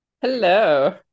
hello